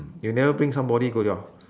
you never bring somebody go your